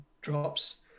drops